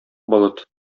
болыт